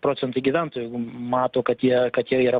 procentai gyventojų mato kad jie kad jie yra